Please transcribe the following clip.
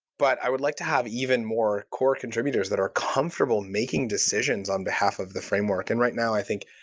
but i would like to have even more core contributors that are comfortable making decisions on behalf of the framework. and right now, i think,